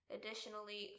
Additionally